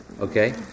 Okay